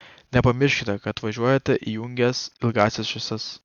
nepamirškite kad važiuojate įjungęs ilgąsias šviesas